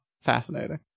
fascinating